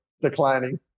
declining